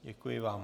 Děkuji vám.